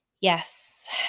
Yes